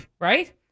Right